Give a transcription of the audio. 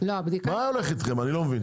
מה הולך איתכם אני לא מבין,